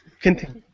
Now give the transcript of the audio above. Continue